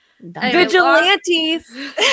Vigilantes